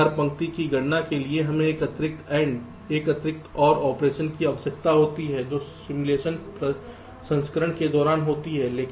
और हर पंक्ति की संगणना के लिए हमें एक अतिरिक्त AND एक अतिरिक्त OR ऑपरेशन की आवश्यकता होती है जो सिमुलेशन प्रसंस्करण के दौरान होती है